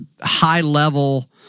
high-level